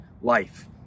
life